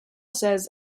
says